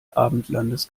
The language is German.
abendlandes